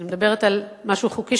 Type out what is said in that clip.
אני מדברת על משהו חוקי,